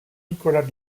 nicolas